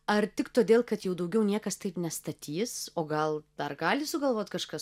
ar tik todėl kad jau daugiau niekas taip nestatys o gal dar gali sugalvot kažkas